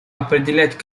определять